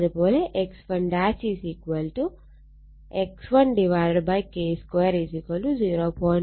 അത് പോലെ X1 X1 K 2 0